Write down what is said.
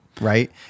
right